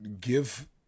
give